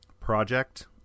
project